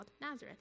Nazareth